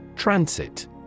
Transit